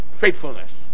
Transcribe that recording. faithfulness